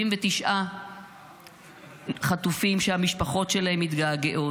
79 חטופים שהמשפחות שלהם מתגעגעות.